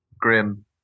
grim